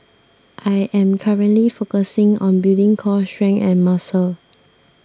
I am currently focusing on building core strength and muscle